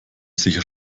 sicher